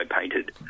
painted